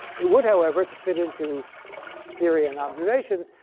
it would however, to fit into theory and observation,